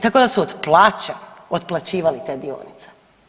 Tako da su od plaće otplaćivali te dionice.